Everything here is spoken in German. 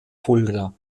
fulda